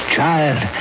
Child